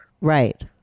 Right